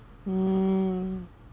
mm